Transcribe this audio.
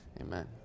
amen